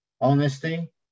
honesty